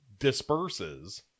disperses